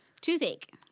toothache